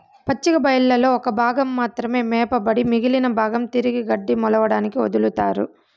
పచ్చిక బయళ్లలో ఒక భాగం మాత్రమే మేపబడి మిగిలిన భాగం తిరిగి గడ్డి మొలవడానికి వదులుతారు